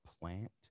plant